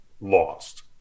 lost